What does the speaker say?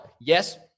Yes